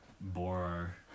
bore